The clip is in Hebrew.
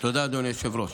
תודה, אדוני היושב-ראש.